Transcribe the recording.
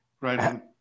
right